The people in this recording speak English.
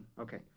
Okay